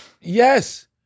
Yes